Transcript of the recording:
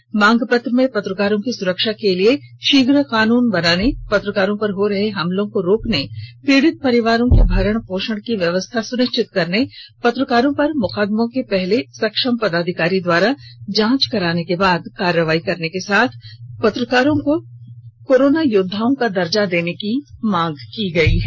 इस मांग पत्र में पत्रकारों की सुरक्षा के लिए शीघ्र कानून बनाने पत्रकारों पर हो रहे हमलों को रोकने एवं पीड़ित परिवार के भरण पोषण की व्यवस्था सुनिश्चित करने पत्रकारों पर मुकदमों के पहले सक्षम पदाधिकारी द्वारा जांच कराने के बाद कार्रवाई करने के साथ पत्रकारों को कोरोना योदधा का दर्जा देने की मांग की गई है